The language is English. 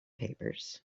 papers